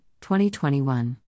2021